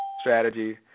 strategy